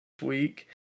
week